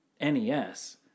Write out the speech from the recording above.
NES